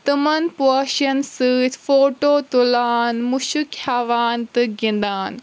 تِمن پوشن سۭتۍ فوٹو تُلان مُشک ہٮ۪وان تہٕ گِنٛدان